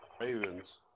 Ravens